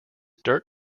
dirt